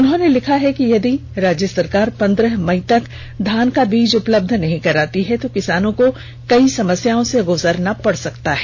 उन्होंने लिखा है कि यदि राज्य सरकार पन्द्रह मई तक धान का बीज उपलब्ध नहीं कराती है तो किसानों को कई समस्याओं से गुजरना पड़ सकता है